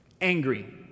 angry